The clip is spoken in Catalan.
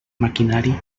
maquinari